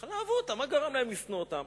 בהתחלה אהבו אותם, מה גרם להם לשנוא אותם?